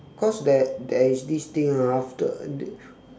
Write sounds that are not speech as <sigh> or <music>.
cause there there is this thing after <noise>